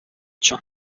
ciò